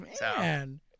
Man